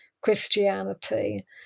Christianity